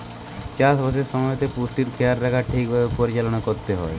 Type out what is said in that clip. চাষ বাসের সময়তে পুষ্টির খেয়াল রাখা ঠিক ভাবে পরিচালনা করতে হয়